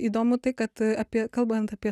įdomu tai kad apie kalbant apie